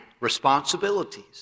responsibilities